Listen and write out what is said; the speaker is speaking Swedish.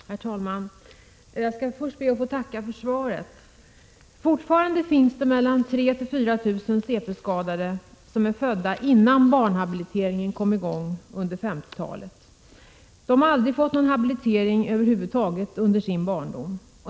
Herr talman! Jag ber först att få tacka för svaret. Fortfarande finns det mellan 3 000 och 4 000 CP-skadade som är födda innan barnhabiliteringen kom i gång under 1950-talet. De har aldrig fått någon habilitering över huvud taget under sin barndom.